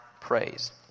praise